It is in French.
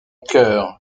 cœur